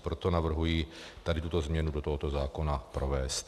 Proto navrhuji tuto změnu do tohoto zákona provést.